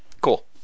Cool